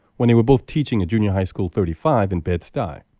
when they were both teaching at junior high school thirty five in bed-stuy.